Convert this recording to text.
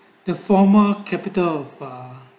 the former capital uh